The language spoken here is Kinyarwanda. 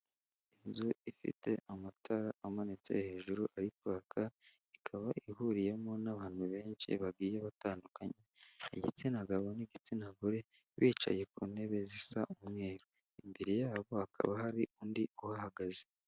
Inzu ifite amatara amanitse hejuru ari kwaka, ikaba ihuriyemo n'abantu benshi bagiye batandukanye, igitsina gabo n'igitsina gore, bicaye ku ntebe zisa umweru, imbere yabo hakaba hari undi uhahagaze.